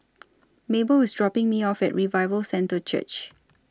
Mabell IS dropping Me off At Revival Centre Church